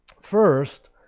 First